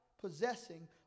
possessing